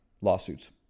lawsuits